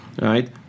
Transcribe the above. right